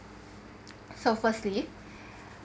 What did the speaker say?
so firstly